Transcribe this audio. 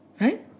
Right